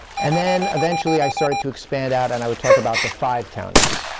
and then eventually i started to expand out and i would talk about the five counties.